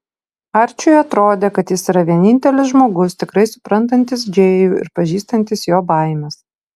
arčiui atrodė kad jis yra vienintelis žmogus tikrai suprantantis džėjų ir pažįstantis jo baimes